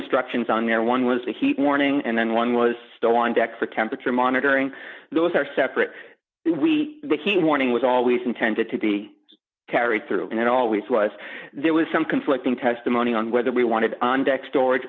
instructions on there one was the heat warning and then one was still on deck for temperature monitoring those are separate the heat warning was always intended to be carried through and it always was there was some conflicting testimony on whether we wanted on deck storage